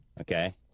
okay